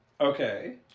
Okay